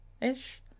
Ish